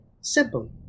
simple